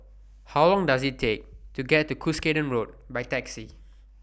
How Long Does IT Take to get to Cuscaden Road By Taxi